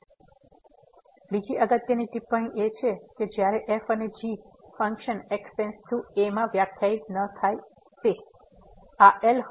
તેથી બીજી અગત્યની ટિપ્પણી તેથી જ્યારે f અને g ફંક્શન x → a માં વ્યાખ્યાયિત ન થાય ત્યારે આ એલ